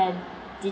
a